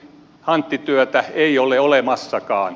hanttityötä ei ole olemassakaan